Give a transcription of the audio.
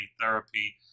therapy